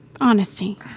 honesty